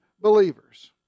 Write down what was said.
believers